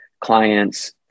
clients